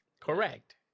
Correct